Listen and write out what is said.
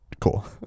Cool